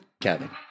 Kevin